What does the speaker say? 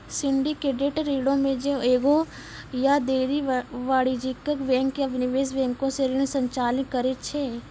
syndicated ऋणो मे जे एगो या ढेरी वाणिज्यिक बैंक या निवेश बैंको से ऋण संचालित करै छै